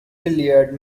billiard